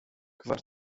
gwar